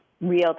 real